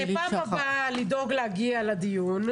אז לפעם הבאה, לדאוג להגיע לדיון.